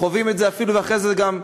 וחווים את זה אפילו אחרי זה גם,